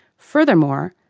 furthermore,